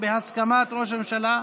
החינוך, בהסכמת ראש הממשלה,